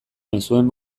mezuen